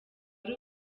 ari